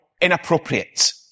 inappropriate